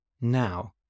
Now